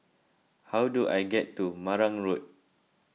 how do I get to Marang Road